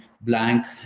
blank